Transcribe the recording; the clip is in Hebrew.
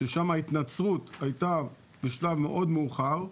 ששם ההתנצרות היתה בשלב מאוד מאוחר,